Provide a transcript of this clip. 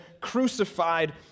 crucified